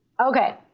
Okay